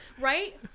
right